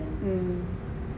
mm